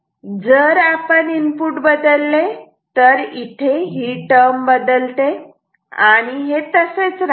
जर आपण इनपुट बदलले तर ही टर्म बदलते आणि हे तसेच राहते